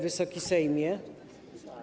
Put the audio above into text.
Wysoki Sejmie!